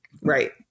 Right